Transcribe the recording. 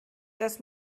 das